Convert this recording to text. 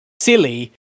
Silly